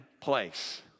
place